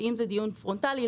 ואם זה דיון פרונטלי,